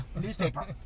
newspaper